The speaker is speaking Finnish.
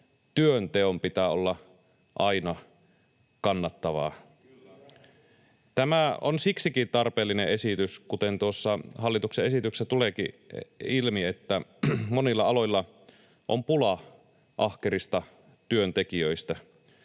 ryhmästä: Kyllä!] Tämä on siksikin tarpeellinen esitys, kuten tuossa hallituksen esityksessä tuleekin ilmi, että monilla aloilla on pula ahkerista työntekijöistä,